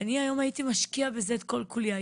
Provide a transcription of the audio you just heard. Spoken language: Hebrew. אני הייתי היום משקיע בזה את כל כולי,